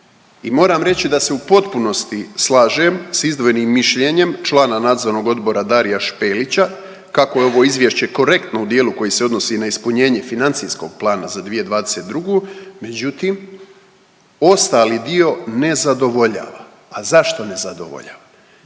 moram reći da se u potpunosti slažem s izdvojenim mišljenjem člana nadzornog odbora Daria Špelića kako je ovo izvješće korektno u dijelu koji se odnosi na ispunjenje financijskog plana za 2022., međutim ostali dio ne zadovoljava. A zašto ne zadovoljava?